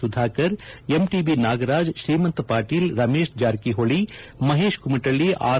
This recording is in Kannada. ಸುಧಾಕರ್ ಎಂಟಿಬಿ ನಾಗರಾಜ್ ತ್ರೀಮಂತ್ ಪಾಟೀಲ್ ರಮೇಶ್ ಜಾರಿಹೊಳಿಮಹೇಶ್ ಕುಮಟ್ಟಿ ಆರ್